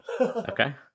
Okay